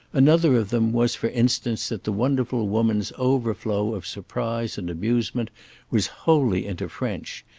another of them was for instance that the wonderful woman's overflow of surprise and amusement was wholly into french,